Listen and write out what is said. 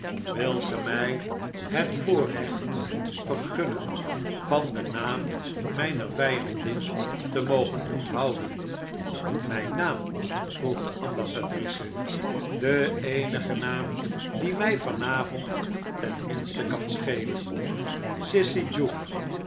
wilt ge mij het voorrecht vergu'nnen van den naam mijner vijandin te mogen onthouden m ijn naam vroeg de ambassadrice de v eehige naam die mij van avond ten minste kan schelen